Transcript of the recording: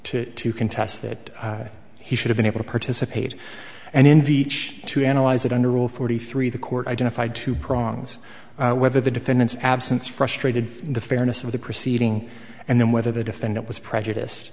to to contest that he should have been able to participate and in the church to analyze it under rule forty three the court identified two prongs whether the defendants absence frustrated the fairness of the proceeding and then whether the defendant was prejudiced